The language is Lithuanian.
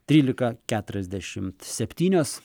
trylika keturiasdešimt septynios